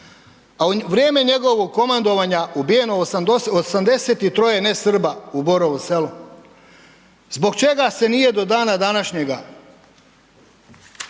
u vrijeme njegovog komandovanja ubijeno je 83 nesrba u Borovu selu. Zbog čega se nije do dana današnjeg